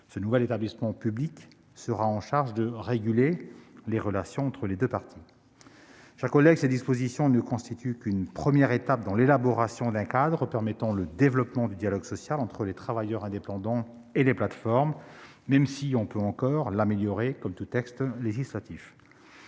ce nouvel établissement public aura pour rôle de réguler les relations entre les deux parties. Mes chers collègues, ces dispositions ne constituent qu'une première étape dans l'élaboration d'un cadre permettant le développement du dialogue social entre les travailleurs indépendants et les plateformes, lesquelles peuvent encore être améliorées, comme tout texte législatif.